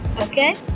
okay